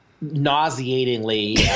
nauseatingly